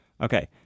Okay